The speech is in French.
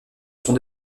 son